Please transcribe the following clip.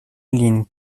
lin